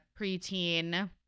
preteen